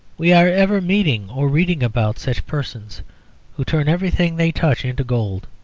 we are ever meeting or reading about such persons who turn everything they touch into gold.